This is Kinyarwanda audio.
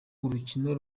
urukino